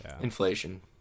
Inflation